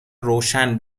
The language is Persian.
روشن